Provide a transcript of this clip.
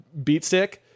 Beatstick